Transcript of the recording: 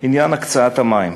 עניין הקצאת המים.